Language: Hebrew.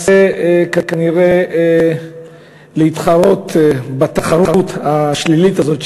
מנסה כנראה להתחרות בתחרות השלילית הזאת,